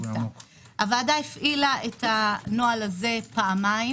הוועדה הפעילה את הנוהל הזה פעמיים